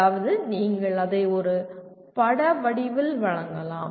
அதாவது நீங்கள் அதை ஒரு பட வடிவில் வழங்கலாம்